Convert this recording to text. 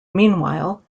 meanwhile